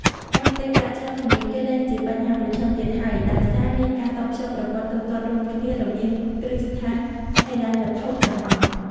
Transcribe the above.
ការផ្ទេរប្រាក់ឆ្លងធនាគារលែងជាបញ្ហាប្រឈមទៀតហើយដោយសារមានការតភ្ជាប់ប្រព័ន្ធទូទាត់រួមគ្នារវាងគ្រឹះស្ថានហិរញ្ញវត្ថុទាំងអស់។